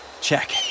Check